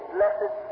Blessed